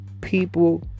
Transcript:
People